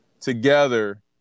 together